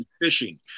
Fishing